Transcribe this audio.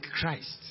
Christ